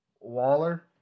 Waller